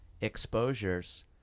exposures